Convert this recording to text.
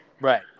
Right